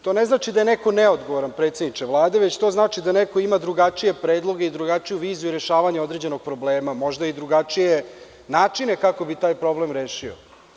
To ne znači da je neko neodgovoran predsedniče Vlade, nego znači da neko ima drugačije predloge i drugačiju viziju rešavanja određenog problema, možda i drugačije načine kako bi taj problem rešio.